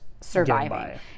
surviving